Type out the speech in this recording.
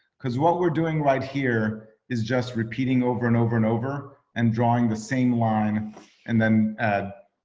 because what we're doing right here is just repeating over and over and over and drawing the same line and then add.